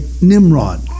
Nimrod